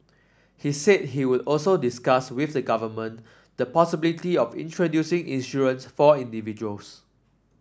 he said he would also discuss with the government the possibility of introducing in